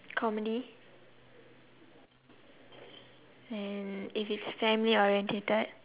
comedy and if it's family oriented